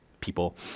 people